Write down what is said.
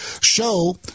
show